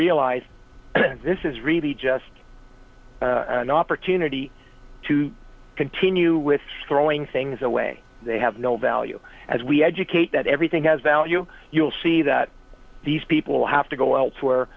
realize this is really just an opportunity to continue with throwing things away they have no value as we educate that everything has value you'll see that these people will have to go elsewhere